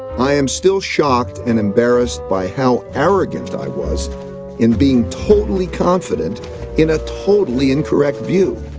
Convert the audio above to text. i am still shocked and embarrassed by how arrogant i was in being totally confident in a totally incorrect view.